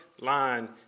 line